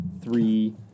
three